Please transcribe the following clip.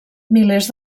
milers